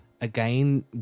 Again